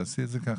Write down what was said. תעשי את זה ככה.